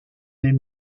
des